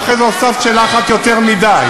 ואחרי זה הוספת שאלה אחת יותר מדי.